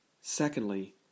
Secondly